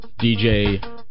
DJ